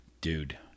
Dude